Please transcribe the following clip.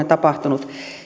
tapahtunut